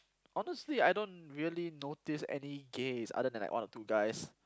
honestly I don't really notice any gays other then one or two guys